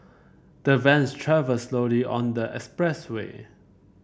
the vans travelled slowly on the expressway